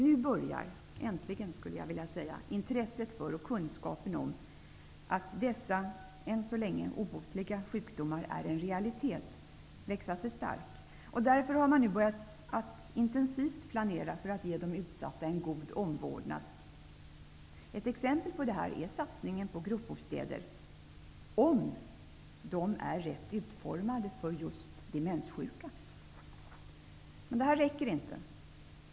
Nu börjar -- äntligen skulle jag vilja säga -- intresset för och kunskapen om att dessa än så länge obotliga sjukdomar är en realitet växa sig stark, och därför har man nu börjat att intensivt planera för att ge de utsatta en god omvårdnad. Ett exempel på detta är satsningen på gruppbostäder -- om dessa är rätt utformade för just demenssjuka. Men detta räcker inte.